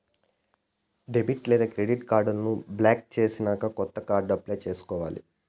debit లేదా credit కార్డులను block చేసినాక కొత్త కార్డు అప్లై చేసుకోవాలి